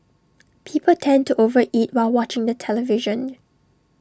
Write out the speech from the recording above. people tend to over eat while watching the television